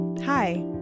Hi